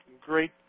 great